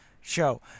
show